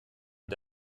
und